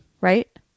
right